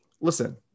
Listen